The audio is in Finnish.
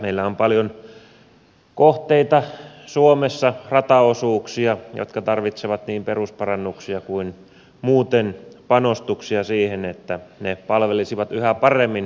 meillä on paljon kohteita suomessa rataosuuksia jotka tarvitsevat niin perusparannuksia kuin muuten panostuksia siihen että ne palvelisivat yhä paremmin asiakkaitamme